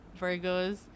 Virgos